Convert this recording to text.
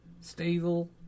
stable